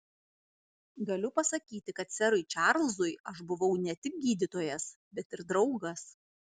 galiu pasakyti kad serui čarlzui aš buvau ne tik gydytojas bet ir draugas